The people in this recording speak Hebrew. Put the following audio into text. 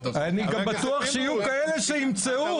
אני גם בטוח שיהיו כאלה שימצאו,